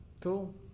Cool